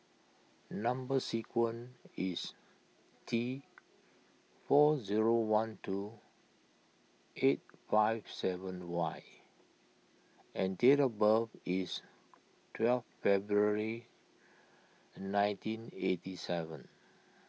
Number Sequence is T four zero one two eight five seven Y and date of birth is twelve February nineteen eighty seven